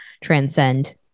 transcend